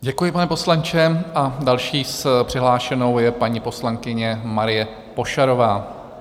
Děkuji, pane poslanče, a další přihlášenou je paní poslankyně Marie Pošarová.